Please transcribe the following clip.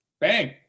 Bang